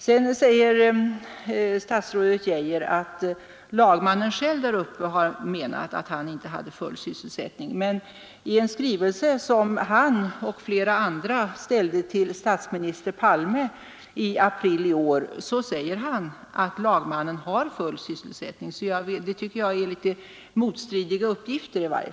Sedan påstår statsrådet Geijer att lagmannen däruppe själv har menat att han inte hade full sysselsättning. Men av en skrivelse, som han och flera andra ställde till statsminster Palme i april i år, framgår att lagmannen har full sysselsättning. Här står uppgift mot uppgift.